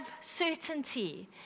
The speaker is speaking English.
certainty